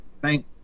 thank